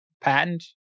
patent